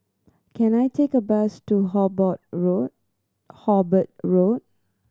can I take a bus to Hobart Road